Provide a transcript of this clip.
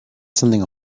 something